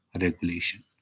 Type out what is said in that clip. regulation